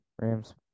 Rams